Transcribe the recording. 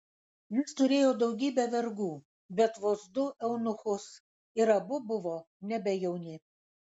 jis turėjo daugybę vergų bet vos du eunuchus ir abu buvo nebe jauni